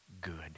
good